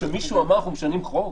בגלל משהו שמישהו אמר פה משנים חוק?